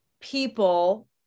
people